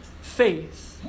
faith